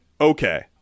Okay